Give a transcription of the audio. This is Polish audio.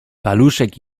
paluszek